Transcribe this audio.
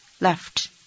left